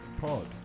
Pod